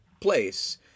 place